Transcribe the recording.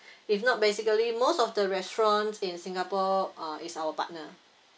if not basically most of the restaurants in singapore uh is our partner